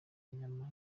inyama